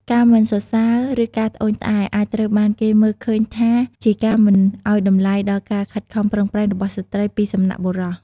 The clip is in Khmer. ការមិនសរសើរ ឬការត្អូញត្អែរ អាចត្រូវបានគេមើលឃើញថាជាការមិនឱ្យតម្លៃដល់ការខិតខំប្រឹងប្រែងរបស់ស្ត្រីពីសំណាក់បុរស។